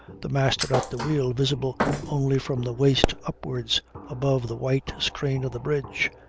the master at the wheel visible only from the waist upwards above the white screen of the bridge,